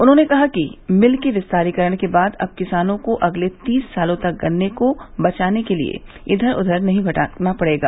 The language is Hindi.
उन्होंने कहा कि मिल के विस्तारीकरण के बाद अब किसानों को अगले तीस सालों तक गन्ने को बचाने के लिये इधर उधर नहीं भटकना पड़ेगा